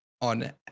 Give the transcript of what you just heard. on